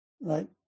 right